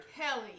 Kelly